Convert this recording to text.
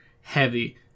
heavy